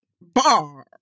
Bar